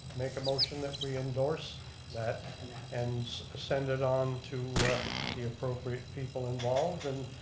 make a motion that we endorse that and send it on to the appropriate people involved and